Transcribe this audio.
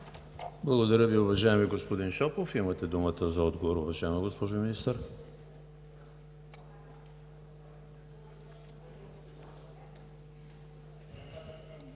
Благодаря Ви, уважаеми господин Шопов. Имате думата за отговор, уважаема госпожо Министър.